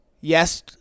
Yes